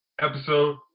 episode